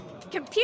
Computer